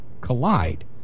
collide